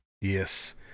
Yes